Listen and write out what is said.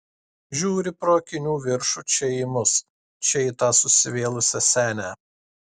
žiūri pro akinių viršų čia į mus čia į tą susivėlusią senę